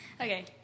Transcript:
Okay